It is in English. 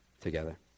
together